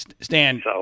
Stan